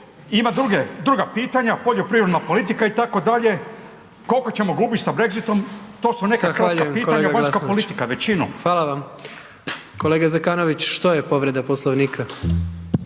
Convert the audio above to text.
ima druga pitanja, poljoprivredna politika itd., koliko ćemo gubit sa Brexitom, to su neka kratka politika, vanjska politika većinom. **Jandroković, Gordan (HDZ)** Hvala vam. Kolega Zekanović, što je povreda Poslovnika?